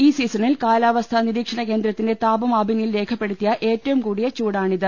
ഈ സീസണിൽ കാലാവസ്ഥാ നിരീക്ഷണ കേന്ദ്രത്തിന്റെ താപാ മാപിനി യിൽ രേഖപ്പെടുത്തിയ ഏറ്റവും കൂടിയ ചൂടാണിത്